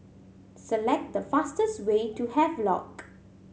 select the fastest way to Havelock